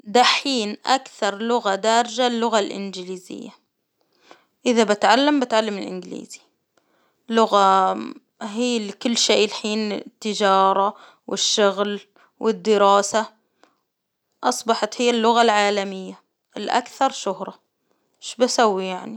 دحين أكثر لغة دارجة اللغة الإنجليزية، إذا بتعلم بتعلم الإنجليزي، لغة هي كل شيء الحين تجارة والشغل والدراسة، أصبحت هي اللغة العالمية، الأكثر شهرة شبسوي يعني.